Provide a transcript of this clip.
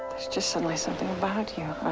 it's just suddenly something about you, a